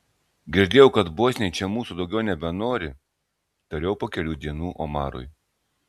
girdėjau kad bosniai čia mūsų daugiau nebenori tariau po kelių dienų omarui